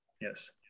Yes